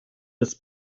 des